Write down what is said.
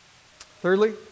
Thirdly